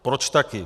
Proč také.